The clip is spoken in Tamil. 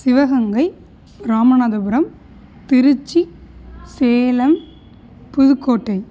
சிவகங்கை ராமநாதபுரம் திருச்சி சேலம் புதுக்கோட்டை